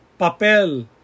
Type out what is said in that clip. papel